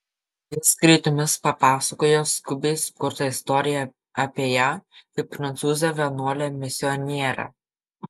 jis greitomis papasakojo skubiai sukurtą istoriją apie ją kaip prancūzę vienuolę misionierę